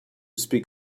speak